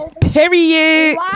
Period